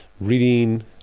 reading